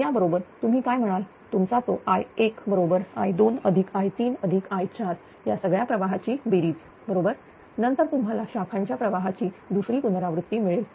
तर याबरोबर तुम्ही काय म्हणाल तुमचा तोI1 बरोबर i2 i3 i4 सगळ्या प्रवाहांची बेरीज बरोबर नंतर तुम्हाला शाखांच्या प्रवाहाची दुसरी पुनरावृत्ती मिळेल